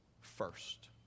first